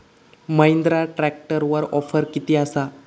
महिंद्रा ट्रॅकटरवर ऑफर किती आसा?